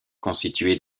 constitué